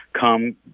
come